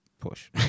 push